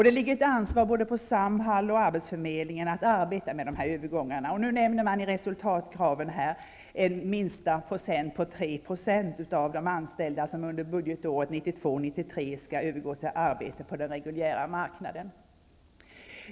Det ligger ett ansvar på både Samhall och arbetsförmedlingen att arbeta med de här övergångarna. Man nämner nu i resultatkraven att det skall vara minst 3 % av de anställda som under budgetåret 1992/93 skall övergå till arbete på den reguljära marknaden.